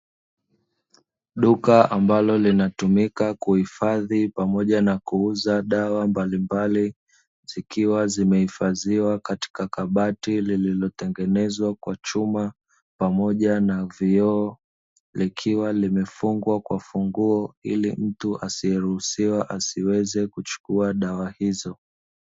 Duka ambalo linatumika kuhifadhi pamoja na kuuza dawa mbalimbali; zikiwa zimehifadhiwa katika kabati lililotengenezwa kwa chuma pamoja na vioo, likiwa limefungwa kwa funguo ili mtu asiyeruhusiwa asiweze kuchukua dawa hizo.